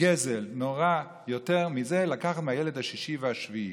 גזל נורא יותר מזה, לקחת מהילד השישי והשביעי.